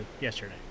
yesterday